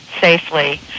safely